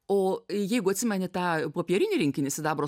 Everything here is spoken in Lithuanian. o jeigu atsimeni tą popierinį rinkinį sidabro